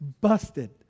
Busted